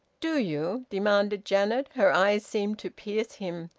do you? demanded janet. her eyes seemed to pierce him.